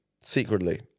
secretly